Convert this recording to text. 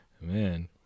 Man